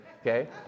Okay